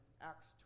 Acts